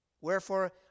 Wherefore